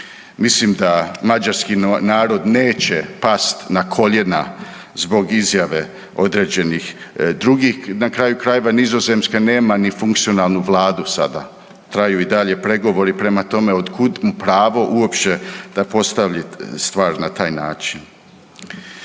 Mislim da mađarski narod neće pasti na koljena zbog izjave određenih drugih. Na kraju krajeva Nizozemska nema ni funkcionalnu Vladu sada, traju i dalje pregovori. Prema tome od kud pravo uopće da postavlja stvari na taj način.